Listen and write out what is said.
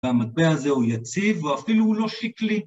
‫והמטבע הזה הוא יציב ‫ואפילו הוא לא שיקלי.